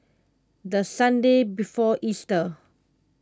the Sunday before Easter